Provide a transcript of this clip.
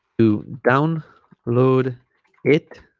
to down load it